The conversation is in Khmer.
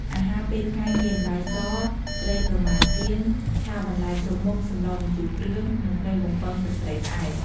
អាហារពេលថ្ងៃមាន បាយស ត្រីប្រម៉ាចៀន ឆាបន្លែគ្រប់មុខ សម្លរម្ជូរគ្រឿង និងត្រីបំពងទឹកត្រីផ្អែម។